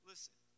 Listen